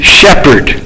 shepherd